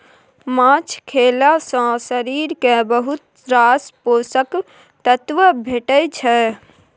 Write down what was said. माछ खएला सँ शरीर केँ बहुत रास पोषक तत्व भेटै छै